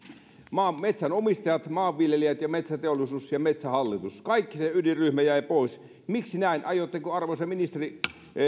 metsänomistajat maanviljelijät metsäteollisuus ja metsähallitus kaikki se ydinryhmä jäi pois miksi näin aiotteko arvoisa ministeri